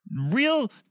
Real